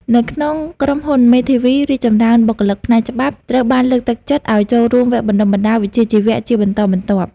នៅក្នុងក្រុមហ៊ុនមេធាវីរីកចម្រើន បុគ្គលិកផ្នែកច្បាប់ត្រូវបានលើកទឹកចិត្តឱ្យចូលរួមវគ្គបណ្តុះបណ្តាលវិជ្ជាជីវៈជាបន្តបន្ទាប់។